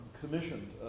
commissioned